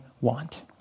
want